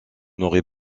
n’aurez